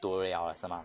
tour liao 是 mah